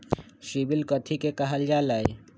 CIBIL कथि के काहल जा लई?